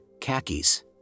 khakis